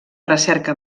recerca